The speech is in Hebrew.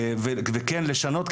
וכן לשנות,